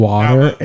Water